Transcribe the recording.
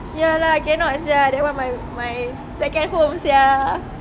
ya lah cannot sia that [one] my my second home sia